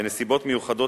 בנסיבות מיוחדות,